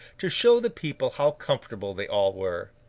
to show the people how comfortable they all were.